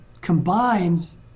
combines